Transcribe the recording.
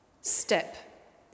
step